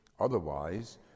Otherwise